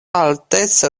alteco